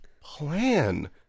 plan